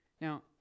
Now